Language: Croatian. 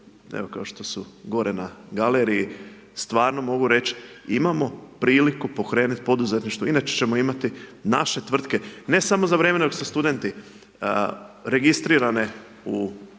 evo kao što su gore na galeriji, stvarno mogu reći imamo priliku pokrenuti poduzetništvo, inače ćemo imati naše tvrtke ne samo za vrijeme dok su studenti, registrirane u